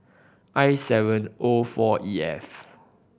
I seven O four E F